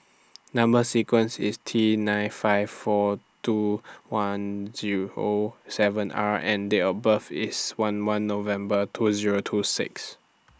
Number sequence IS T nine five four two Zero one seven R and Date of birth IS eleven November two Zero two six